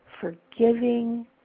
forgiving